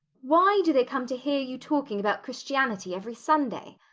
why do they come to hear you talking about christianity every sunday?